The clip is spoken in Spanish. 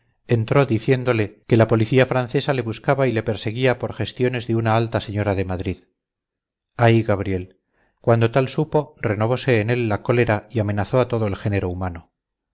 entró diciéndole que la policía francesa le buscaba y le perseguía por gestiones de una alta señora de madrid ay gabriel cuando tal supo renovose en él la cólera y amenazó a todo el género humano